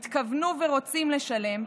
והתכוונו ורוצים לשלם,